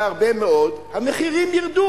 המחירים ירדו,